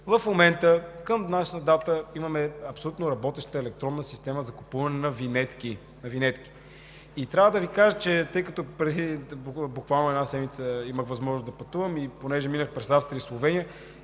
В момента към днешна дата имаме абсолютно работеща електронна система за купуване на винетки. Трябва да Ви кажа, че буквално преди една седмица имах възможност да пътувам, понеже минах през Австрия и Словения